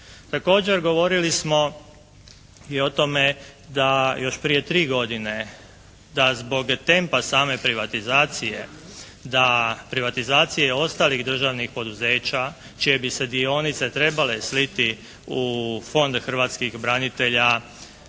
Također govorili smo i o tome da još prije tri godine da zbog tempa same privatizacije, da privatizacije ostalih državnih poduzeća čije bi se dionice trebale sliti u Fond hrvatskih branitelja